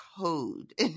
code